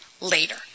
later